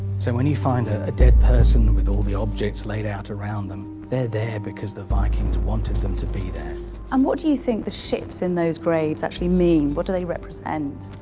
so when you find a ah dead person with all the objects laid out around them they're there because the vikings wanted them to be there and um what do you think the ships in those graves actually mean? what do they represent?